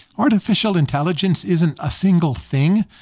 artificial intelligence isn't a single thing.